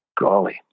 golly